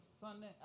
Sunday